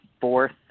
fourth